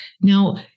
Now